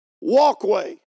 walkway